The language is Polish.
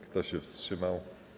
Kto się wstrzymał?